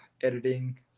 editing